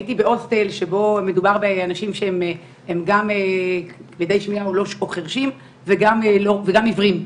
הייתי בהוסטל של אנשים שהם גם כבדי שמיעה או חרשים וגם עיוורים.